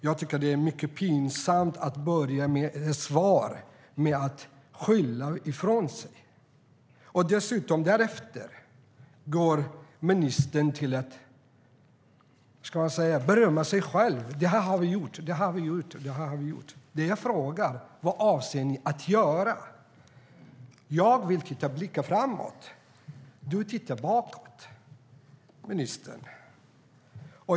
Jag tycker att det är mycket pinsamt att börja ett svar med att skylla ifrån sig. Dessutom går ministern därefter till att berömma sig själv: Det här och det här har vi gjort. Det jag frågar är: Vad avser ni att göra? Jag vill blicka framåt. Du blickar bakåt, ministern.